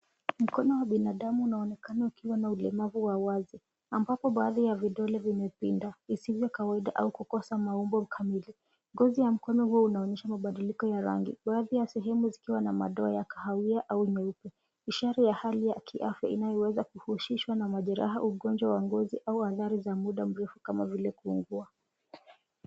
Mkono wa binadamu unaonekana ukiwa na ulemavu uwazi wa ambapo baadhi ya vidole vimepinda visivyo kawaida au kukosa maumbo kamili, ngozi ya mkono huu unaonyesha mabadiliko ya rangi baadhi ya sehemu zikiwa na madoa ya kahawia au nyeupe. Ishara ya hali ya kiafya inayoweza kuhusishwa na majeraha, ugonjwa wa ngozi adhari za muda mrefu kama vile kuungua